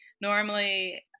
Normally